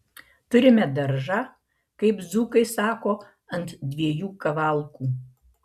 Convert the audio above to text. turime daržą kaip dzūkai sako ant dviejų kavalkų